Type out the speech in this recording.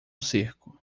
circo